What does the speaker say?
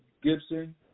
Gibson